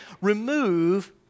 remove